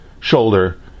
shoulder